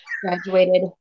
graduated